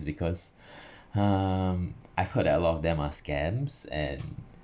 because um I've heard that a lot of them are scams and